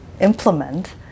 implement